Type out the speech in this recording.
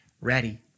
ready